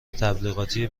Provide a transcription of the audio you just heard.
تبلیغاتی